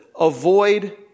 avoid